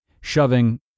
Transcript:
shoving